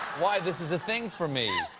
why this is a thing for me!